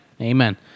Amen